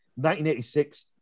1986